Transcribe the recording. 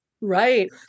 Right